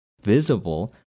visible